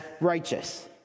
righteous